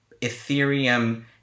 ethereum